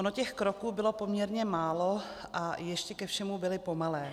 Ono těch kroků bylo poměrně málo, a ještě ke všemu byly pomalé.